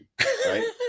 right